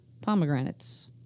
pomegranates